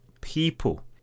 people